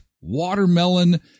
watermelon